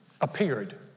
appeared